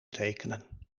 tekenen